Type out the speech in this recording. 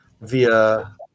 via